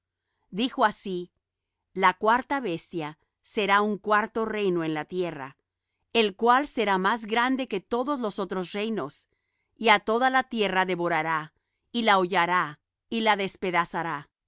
dijo así la cuarta bestia será un cuarto reino en la tierra el cual será más grande que todos los otros reinos y á toda la tierra devorará y la hollará y la despedazará